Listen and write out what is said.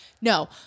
no